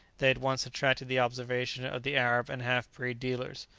they at once attracted the observation of the arab and half-breed dealers.